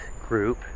group